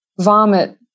vomit